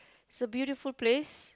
it's a beautiful place